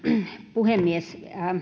puhemies